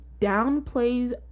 downplays